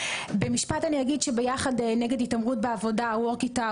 במשפט אני אגיד שב"יחד נגד התעמרות בעבודה" work it out